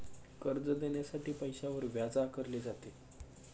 कर्ज देण्यासाठी पैशावर व्याज आकारले जाते